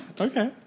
Okay